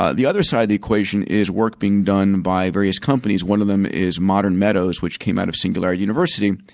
ah the other side of the equation is work being done by various companies, one of them is modern meadows, which came out of singularity university,